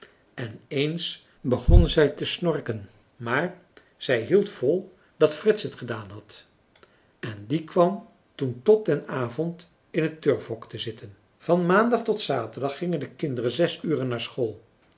en eens begon zij te snorken maar zij hield vol dat frits het gedaan had en die kwam toen tot den avond in het turfhok te zitten van maandag tot zaterdag gingen de kinderen zes uren naar school